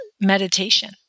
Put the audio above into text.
meditation